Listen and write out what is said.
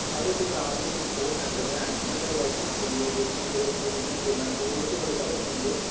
साढ़ै इत्थे ग्रांऽ बिच्च कोई स्पोर्टस सैंटर ते ऐ नी ऐ पर एह् ऐ कि स्कूलै दे थ्रू जेह्ड़े जियां गोवरमैंट स्कूल होई गे उत्थें बड़े सारे औंदे